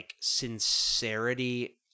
sincerity